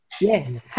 yes